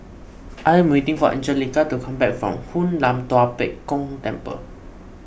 I am waiting for Angelica to come back from Hoon Lam Tua Pek Kong Temple